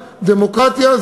דמוקרטיה,